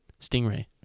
Stingray